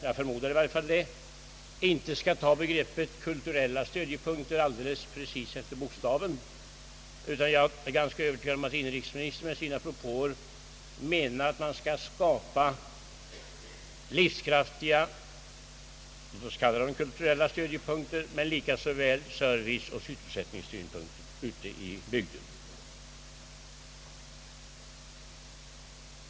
Jag förmodar att han därvidlag inte tar begreppet kulturella — stödjepunkter precis = efter bokstaven, utan jag är övertygad om att inrikesministern med sina propåer menar att man skall skapa livskraftiga serviceoch sysselsättningspunkter ute 1 bygderna.